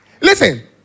Listen